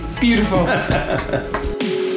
beautiful